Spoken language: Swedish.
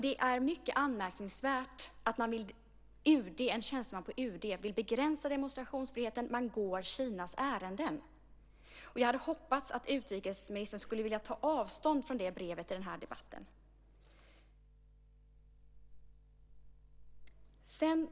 Det är mycket anmärkningsvärt att en tjänsteman på UD vill begränsa demonstrationsfriheten och går Kinas ärenden. Jag hade hoppats att utrikesministern skulle ta avstånd från det brevet i den här debatten.